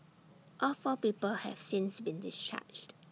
all four people have since been discharged